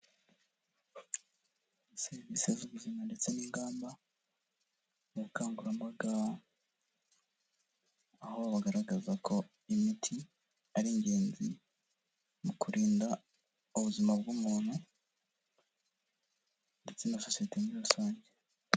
Serivisi z'ubuzima ndetse n'ingamba mu bukangurambaga aho bagaragaza ko imiti ari ingenzi mu kurinda ubuzima bw'umuntu ndetse na sosiyete muri rusange.